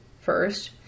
first